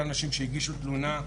אותן נשים שהגישו תלונה,